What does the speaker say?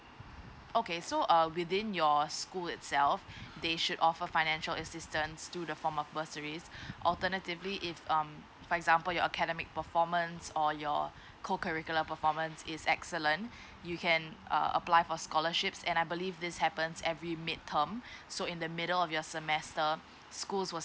okay so err within your school itself they should offer financial assistance though the form of bursaries alternatively if um for example your academic performance or your cocurricular performance is excellent you can uh apply for scholarships and I believe this happens every mid term so in the middle of your semester schools will